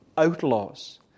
outlaws